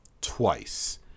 twice